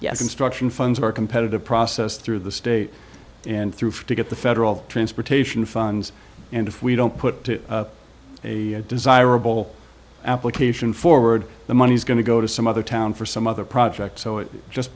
yes construction funds are competitive process through the state and through for to get the federal transportation funds and if we don't put a desirable application forward the money is going to go to some other town for some other projects so it just